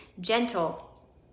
gentle